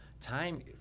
time